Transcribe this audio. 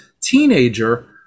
teenager